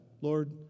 Lord